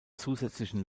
zusätzlichen